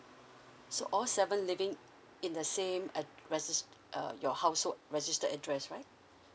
so all seven living in the same at regi~ uh your household registered address right